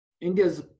india's